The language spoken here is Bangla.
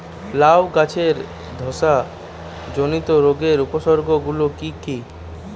লাউ গাছের ধসা জনিত রোগের উপসর্গ গুলো কি কি?